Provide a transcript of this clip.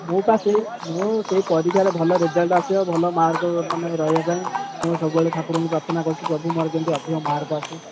ମୁଁ ପା ସେହି ମୁଁ ସେହି ପରୀକ୍ଷାରେ ଭଲ ରେଜଲ୍ଟ ଅସିବ ଭଲ ମାର୍କ ମାନେ ରହିବା ପାଇଁ ମୁଁ ସବୁବେଳେ ଠାକୁରଙ୍କୁ ପ୍ରାର୍ଥନା କରୁଛି ପ୍ରଭୁ ମୋର କେମିତି ଅଧିକ ମାର୍କ ଅସୁ